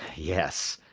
yes,